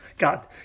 God